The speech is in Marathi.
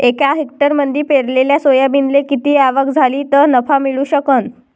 एका हेक्टरमंदी पेरलेल्या सोयाबीनले किती आवक झाली तं नफा मिळू शकन?